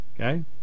Okay